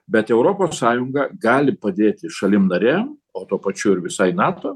bet europos sąjunga gali padėti šalim narėm o tuo pačiu ir visai nato